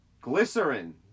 Glycerin